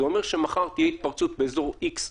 זה אומר שמחר תהיה התפרצות באזור X,